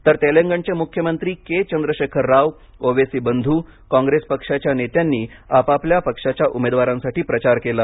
तर तेलंगणचे मुख्यमंत्री के चंद्रशेखर राव ओवेसी बंधु काँग्रेस पक्षाचे नेत्यांनी आपापल्या पक्षाच्या उमेदवारांसाठी प्रचार केला